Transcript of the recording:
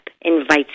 invites